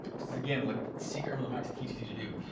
this is again what secret mlm hacks teaches you to do.